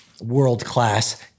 world-class